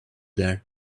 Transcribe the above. there